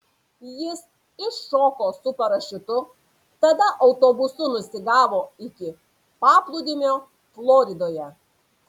jis iššoko su parašiutu tada autobusu nusigavo iki paplūdimio floridoje